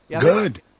Good